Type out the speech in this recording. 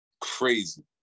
crazy